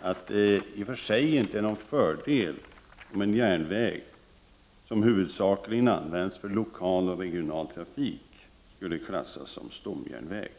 att det i och för sig inte är en fördel om en järnväg som huvudsakligen används för lokal och regional trafik, arbetsresor, matarresor osv. skulle klassas som stomjärnväg.